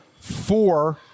four